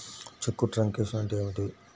చెక్కు truncation అంటే ఏమిటి?